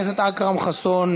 חבר הכנסת אכרם חסון,